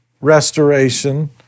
restoration